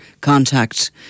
contact